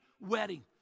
wedding